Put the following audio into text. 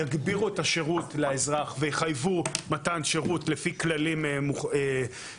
יגבירו את השירות לאזרח ויחייבו מתן שירות לפי כללים ברורים.